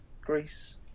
Greece